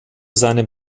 seinem